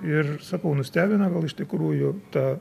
ir sakau nustebino gal iš tikrųjų ta